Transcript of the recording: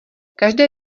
každé